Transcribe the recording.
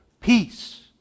peace